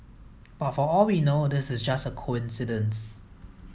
but for all we know this is just a coincidence